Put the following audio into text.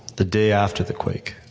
the day after the quake,